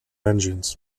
engines